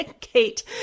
Kate